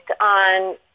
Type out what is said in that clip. on